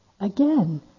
Again